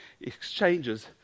exchanges